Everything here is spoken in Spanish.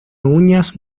uñas